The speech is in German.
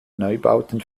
neubauten